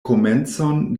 komencon